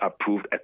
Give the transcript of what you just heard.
approved